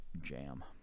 jam